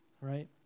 right